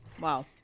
Wow